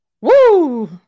Woo